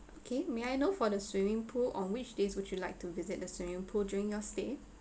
okay may I know for the swimming pool on which days would you like to visit the swimming pool during your stay